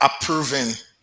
approving